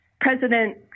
President